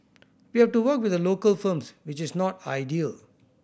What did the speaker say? we have to work with the local firms which is not ideal